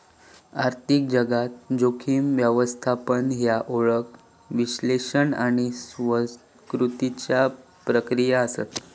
आर्थिक जगात, जोखीम व्यवस्थापन ह्या ओळख, विश्लेषण आणि स्वीकृतीच्या प्रक्रिया आसत